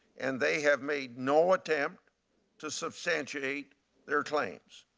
and they have made no attempts to substantiate their claims.